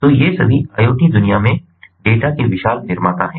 तो ये सभी IoT दुनिया में डेटा के विशाल निर्माता हैं